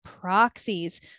proxies